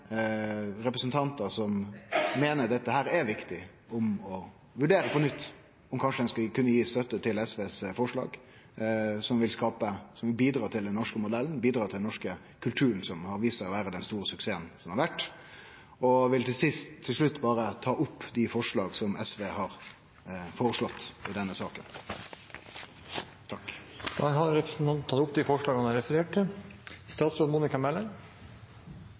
SVs forslag, som vil bidra til den norske modellen, bidra til den norske kulturen som har vist seg å vere den store suksessen den blei. Eg vil til slutt ta opp dei forslaga som SV har i denne saka. Representanten Torgeir Knag Fylkesnes har tatt opp de forslagene han refererte til. Forslaget som er framsatt, handler altså om å sette et maksimalt tak for lederlønnsnivået som ikke overstiger statsministerens samlede godtgjørelse, til